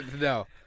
No